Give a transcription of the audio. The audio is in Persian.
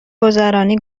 گذرانی